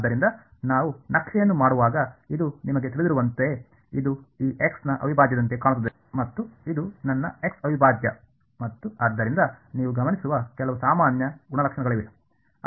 ಆದ್ದರಿಂದ ನಾವು ನಕ್ಷೆಯನ್ನು ಮಾಡುವಾಗ ಇದು ನಿಮಗೆ ತಿಳಿದಿರುವಂತೆ ಇದು ಈ ಎಕ್ಸ್ ನ ಅವಿಭಾಜ್ಯದಂತೆ ಕಾಣುತ್ತದೆ ಮತ್ತು ಇದು ನನ್ನ ಎಕ್ಸ್ ಅವಿಭಾಜ್ಯ ಮತ್ತು ಆದ್ದರಿಂದ ನೀವು ಗಮನಿಸುವ ಕೆಲವು ಸಾಮಾನ್ಯ ಗುಣಲಕ್ಷಣಗಳಿವೆ